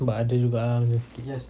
but ada juga ah macam sikit